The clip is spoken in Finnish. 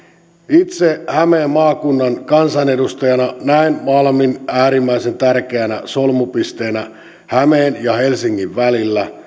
itse hämeen maakunnan kansanedustajana näen malmin äärimmäisen tärkeänä solmupisteenä hämeen ja helsingin välillä